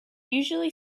usually